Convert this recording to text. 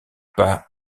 pas